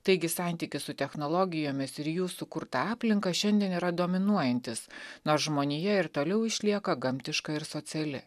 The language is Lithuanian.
taigi santykis su technologijomis ir jų sukurta aplinka šiandien yra dominuojantis nors žmonija ir toliau išlieka gamtiška ir sociali